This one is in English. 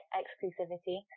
exclusivity